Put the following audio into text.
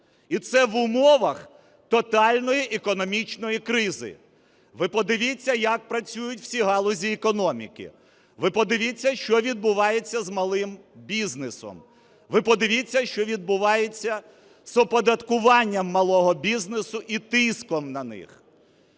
і це в умовах тотальної економічної кризи. Ви подивіться, як працюють всі галузі економіки. Ви подивіться, що відбувається з малим бізнесом. Ви подивіться, що відбувається з оподаткуванням малого бізнесу і тиском на них.